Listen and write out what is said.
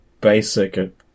basic